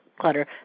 clutter